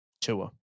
Tua